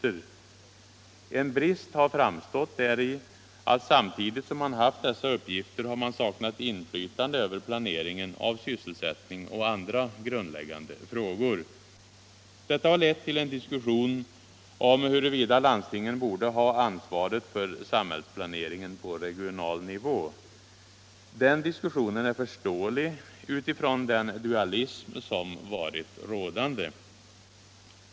En brist har framstått däri att samtidigt som man haft dessa uppgifter har man saknat inflytande över planeringen av sysselsättning och andra grundläggande frågor. Detta har lett till en diskussion om huruvida landstingen borde ha ansvaret för samhällsplaneringen på regional nivå. Den diskussionen är förståelig utifrån den dualism som varit rådande.